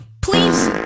Please